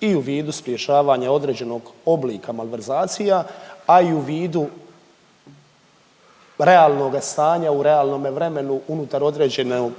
i u vidu sprječavanja određenog oblika malverzacija, a i u vidu realnoga stanja u realnome vremenu unutar određene